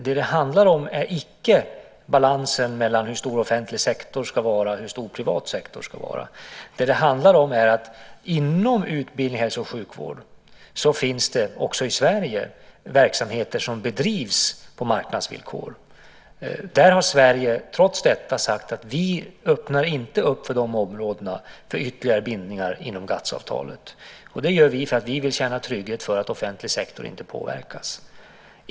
Det handlar inte om balansen mellan hur stor offentlig sektor och privat sektor ska vara. Inom utbildning, hälso och sjukvård finns det också i Sverige verksamheter som bedrivs på marknadsvillkor. Sverige har trots detta sagt att vi inte öppnar upp de områdena för ytterligare bindningar inom GATS-avtalet. Det gör vi eftersom vi vill känna trygghet för att offentlig sektor inte påverkas.